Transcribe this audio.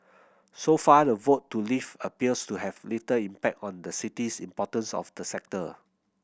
so far the vote to leave appears to have little impact on the city's importance of the sector